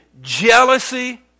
jealousy